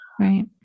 Right